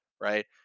Right